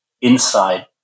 inside